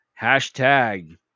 hashtag